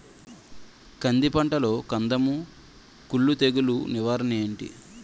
కంది పంటలో కందము కుల్లు తెగులు నివారణ ఏంటి?